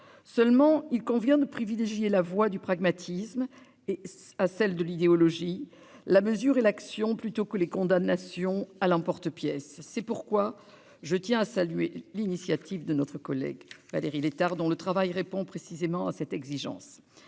Seulement, il convient de privilégier la voie du pragmatisme à celle de l'idéologie, la mesure et l'action aux condamnations à l'emporte-pièce. C'est pourquoi je tiens à saluer l'initiative de notre collègue Valérie Létard, dont le travail répond précisément à cette exigence.